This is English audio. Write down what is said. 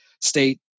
State